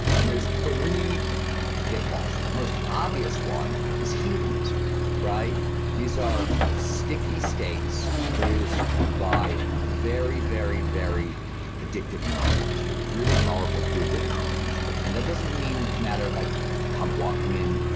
and there's three pitfalls. the most obvious one is headiness. um these are sticky states produced by very, very, very addictive neurochemistry, really powerful feel good neurochemistry. and that doesn't mean matter like cob walking in.